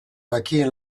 dakien